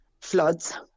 floods